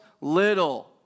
little